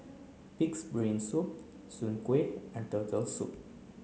pig's brain soup soon kueh and turtle soup